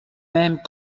même